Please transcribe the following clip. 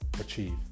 achieve